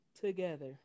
together